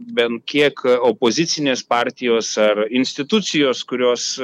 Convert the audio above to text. bent kiek opozicinės partijos ar institucijos kurios